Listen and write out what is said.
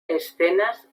escenas